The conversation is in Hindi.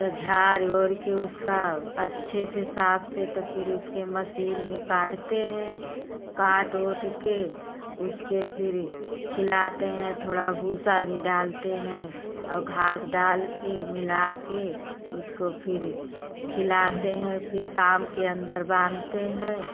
त झाड़ वुड़ के उसका अच्छे से साफ से तो फिर उसके मशीन में काटते हैं काट वुट कर उसके फिर खिलाते हैं थोड़ा भूसा भी डालते हैं अ घास डाल कर मिला कर उसको फिर खिलाते हैं फिर शाम के अंदर बांधते हैं